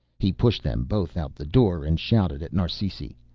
he pushed them both out the door and shouted at narsisi.